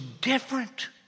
different